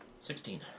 Sixteen